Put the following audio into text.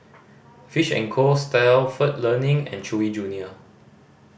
Fish and Co Stalford Learning and Chewy Junior